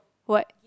what